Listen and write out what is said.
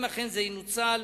אם אכן זה ינוצל,